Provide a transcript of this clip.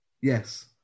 Yes